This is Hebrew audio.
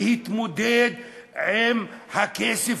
להתמודד עם הכסף